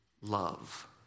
love